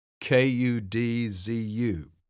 K-U-D-Z-U